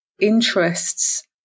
interests